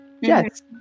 yes